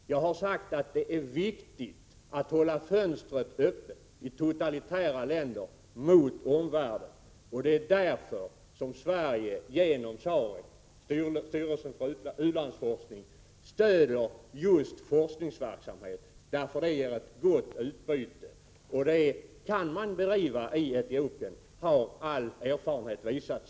Jag har sagt att det i totalitära länder är viktigt att hålla fönstret öppet mot omvärlden. Det är därför Sverige genom SAREC, styrelsen för u-landsforskning, stöder just forskningsverksamhet. Det ger ett gott utbyte, och man kan bedriva sådan verksamhet i Etiopien. Det har all erfarenhet visat.